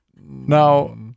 Now